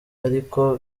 ariko